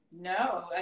No